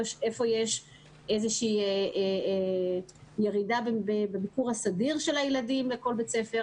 יש איזושהי ירידה בביקור הסדיר של הילדים בכל בית ספר.